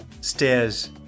Stairs